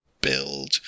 build